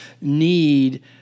need